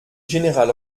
général